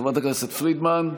בעד, חברת הכנסת פרידמן,